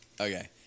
okay